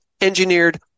engineered